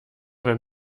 wenn